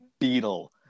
Beetle